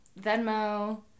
Venmo